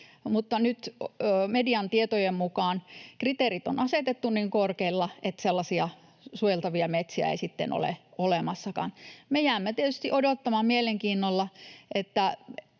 Mutta nyt median tietojen mukaan kriteerit on asetettu niin korkealle, että sellaisia suojeltavia metsiä ei sitten ole olemassakaan. Me jäämme tietysti odottamaan mielenkiinnolla,